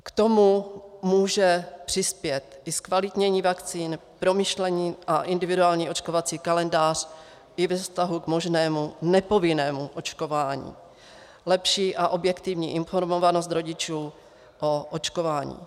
K tomu může přispět i zkvalitnění vakcín, promyšlený a individuální očkovací kalendář i ve vztahu k možnému nepovinnému očkování, lepší a objektivní informovanost rodičů o očkování.